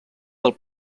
del